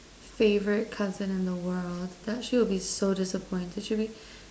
favorite cousin in the world she would be so disappointed she will be